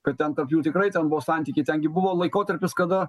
kad ten tarp jų tikrai ten buvo santykiai ten gi buvo laikotarpis kada